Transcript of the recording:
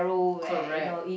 correct